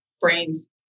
Brains